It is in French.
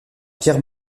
pierre